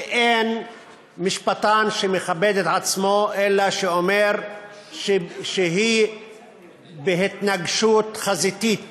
שאין משפטן שמכבד את עצמו שאינו אומר שהיא בהתנגשות חזיתית